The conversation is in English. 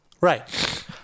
Right